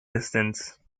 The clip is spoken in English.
distance